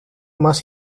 más